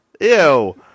ew